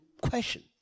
question